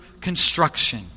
construction